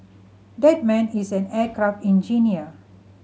that man is an aircraft engineer